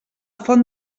font